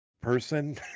person